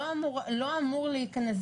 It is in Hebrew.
לא אמור להיכנס,